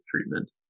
treatment